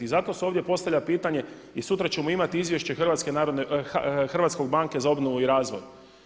I zato se ovdje postavlja pitanje i sutra ćemo imati izvješće Hrvatske banke za obnovu i razvoj.